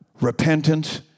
Repentance